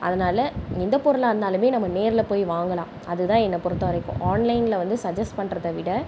அதனால எந்த பொருளாக இருந்தாலும் நம்ம நேரில் போய் வாங்கலாம் அது தான் என்ன பொறுத்தவரைக்கும் ஆன்லைனில் வந்து சஜ்ஜெஸ் பண்றதை விட